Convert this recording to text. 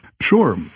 Sure